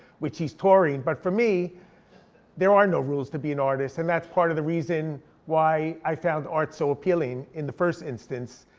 which he's touring. but for me there are no rules to be an artist, and that's part of the reason why i found art so appealing in the first instance,